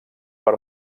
per